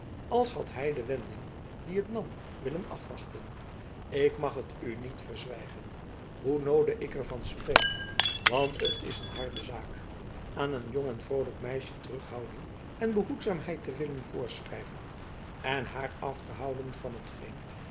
als had hij de wending die het nam willen afwachten ik mag het u niet verzwijgen hoe noode ik er van spreek want het is een harde zaak aan een jong en vroolijk meisje terughouding en behoedzaamheid te willen voorschrijven en haar af te houden van hetgeen